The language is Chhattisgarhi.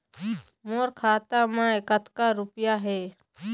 मोर खाता मैं कतक रुपया हे?